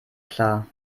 klar